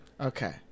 Okay